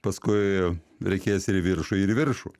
paskui reikės ir į viršų ir į viršų